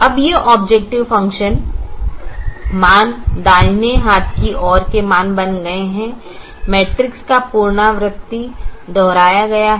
अब ये objective function मान दाहिने हाथ की ओर के मान बन गए हैं मैट्रिक्स का पुनरावृत्ति दोहराया गया है